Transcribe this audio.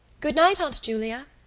goodnight, aunt julia.